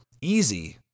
easy